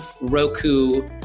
Roku